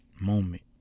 moment